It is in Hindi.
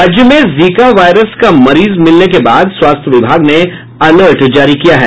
राज्य में जीका वायरस का मरीज मिलने के बाद स्वास्थ्य विभाग ने अलर्ट जारी किया है